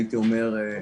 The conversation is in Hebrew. הייתי אומר,